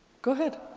go ahead